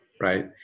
right